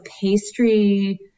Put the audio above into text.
pastry